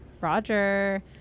Roger